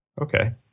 Okay